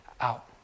out